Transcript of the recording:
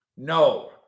no